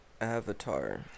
Avatar